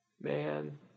Man